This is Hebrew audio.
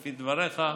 לפי דבריך.